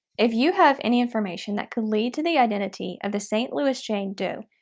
if you have any information that could lead to the identity of the st. louis jane doe,